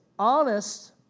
honest